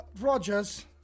Rogers